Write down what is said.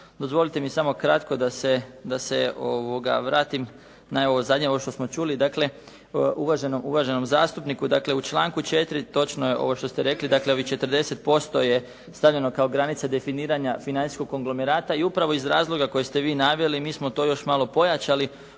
Dozvolite mi samo na kratko da se vratim na ovo zadnje što smo čuli. Dakle, uvaženom zastupniku u članku 4. točno je ovo što ste rekli, dakle ovih 40% je stavljeno kao granica definiranja financijskog konglomerata. I upravo iz razloga koje ste vi naveli, mi smo to još malo pojačali